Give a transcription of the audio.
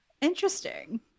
interesting